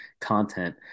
content